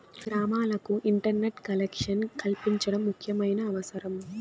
గ్రామాలకు internet collection కల్పించడం ముఖ్యమైన అవసరం